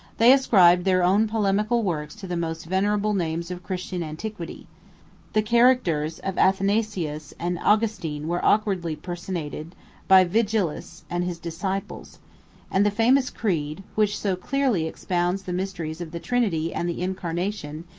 they ascribed their own polemical works to the most venerable names of christian antiquity the characters of athanasius and augustin were awkwardly personated by vigilius and his disciples and the famous creed, which so clearly expounds the mysteries of the trinity and the incarnation,